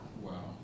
Wow